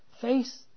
face